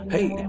Hey